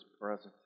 present